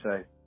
say